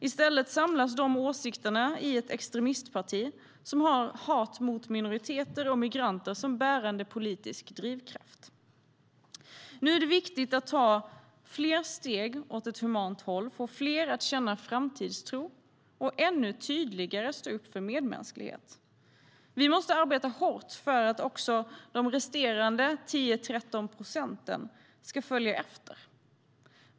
De åsikterna samlas i stället i ett extremistparti som har hat mot minoriteter och migranter som bärande politisk drivkraft. Nu är det viktigt att ta fler steg åt ett humant håll, att få fler att känna framtidstro och ännu tydligare stå upp för medmänsklighet. Vi måste arbeta hårt för att också de resterande 10-13 procenten ska följa efter.